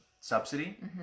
subsidy